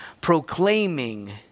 proclaiming